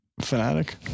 Fanatic